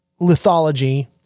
lithology